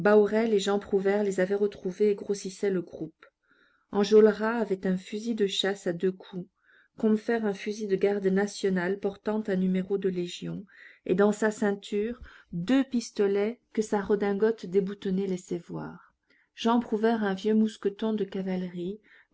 et jean prouvaire les avaient retrouvés et grossissaient le groupe enjolras avait un fusil de chasse à deux coups combeferre un fusil de garde national portant un numéro de légion et dans sa ceinture deux pistolets que sa redingote déboutonnée laissait voir jean prouvaire un vieux mousqueton de cavalerie